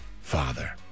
father